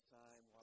time